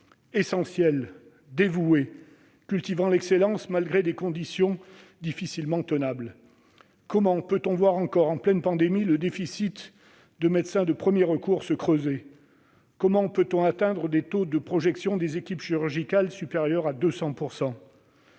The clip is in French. essentiels, dévoués, cultivant l'excellence malgré des conditions difficilement tenables. Comment peut-on voir se creuser encore, en pleine pandémie, le déficit en médecins de premier recours ? Comment peut-on atteindre des taux de projection des équipes chirurgicales supérieurs à 200 %?